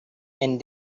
and